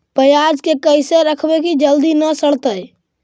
पयाज के कैसे रखबै कि जल्दी न सड़तै?